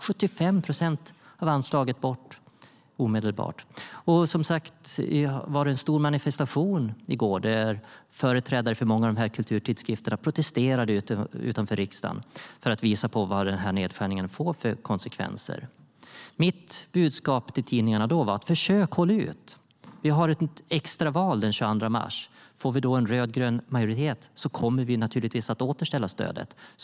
75 procent av anslaget ska alltså bort omedelbart. Det var en stor manifestation i går där företrädare för många av kulturtidskrifterna protesterade utanför riksdagen för att visa på vad den här nedskärningen får för konsekvenser. Mitt budskap till dem var då: Försök hålla ut! Vi har ett extra val den 22 mars. Får vi då en rödgrön majoritet kommer vi naturligtvis att återställa stödet.